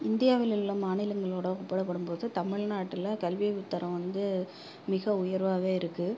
இந்தியாவில் உள்ளே மாநிலங்களோடய ஒப்பிடப்படும் போது தமிழ்நாட்டில் கல்வி தரம் வந்து மிக உயர்வாவே இருக்குது